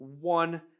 one